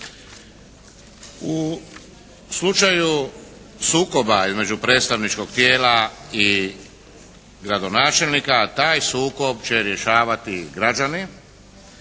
U slučaju sukoba između predstavničkog tijela i gradonačelnika taj sukob će rješavati građani.